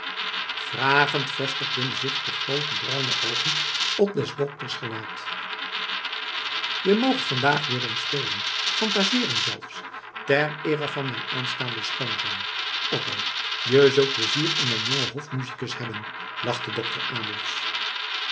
vragend vestigden zich de groote bruine oogen op des dokters gelaat je moogt vandaag weer eens spelen phantaseeren zelfs ter eere van mijn aanstaanden schoonzoon otto je zult pleizier in mijn jongen hofmusicus hebben lachte